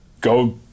go